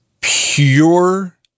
Pure